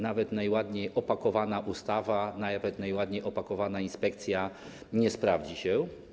Nawet najładniej opakowana ustawa, nawet najładniej opakowana inspekcja nie sprawdzi się.